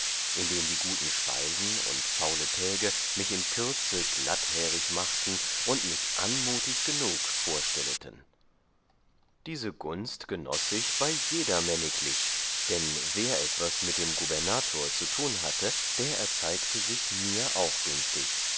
indem die gute speisen und faule täge mich in kürze glatthärig machten und mich anmutig genug vorstelleten diese gunst genosse ich bei jedermänniglich dann wer etwas mit dem gubernator zu tun hatte der erzeigte sich mir auch günstig